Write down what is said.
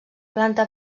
planta